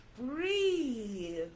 breathe